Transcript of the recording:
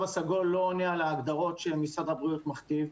הסגול לא עונה על ההגדרות שמשרד הבריאות מכתיב.